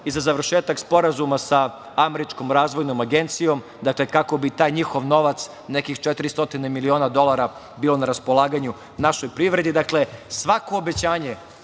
i za završetak sporazuma sa Američkom razvojnom agencijom, kako bi taj njihov novac, nekih 400 miliona dolara bilo na raspolaganju našoj privredi. Svako obećanje